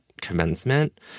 commencement